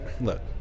look